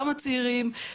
גם הצעירים,